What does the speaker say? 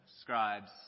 scribes